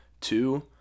two